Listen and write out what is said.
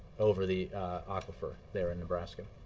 over the aquifer there in nebraska.